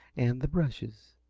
and the brushes.